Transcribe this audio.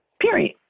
Period